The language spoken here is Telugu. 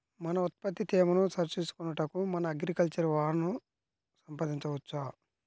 మన ఉత్పత్తి తేమను సరిచూచుకొనుటకు మన అగ్రికల్చర్ వా ను సంప్రదించవచ్చా?